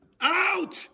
Out